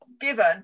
given